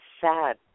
sad